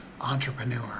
entrepreneur